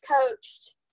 coached –